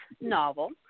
novel